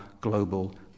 global